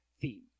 theme